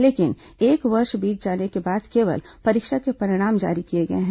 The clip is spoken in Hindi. लेकिन एक वर्ष बीत जाने के बाद केवल परीक्षा के परिणाम जारी किए गए हैं